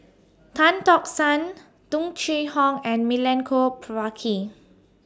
Tan Tock San Tung Chye Hong and Milenko Prvacki